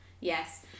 yes